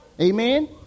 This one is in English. Amen